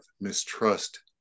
mistrust